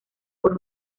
por